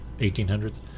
1800s